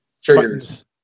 Triggers